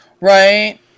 Right